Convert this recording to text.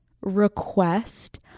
request